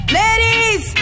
ladies